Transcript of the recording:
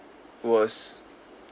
was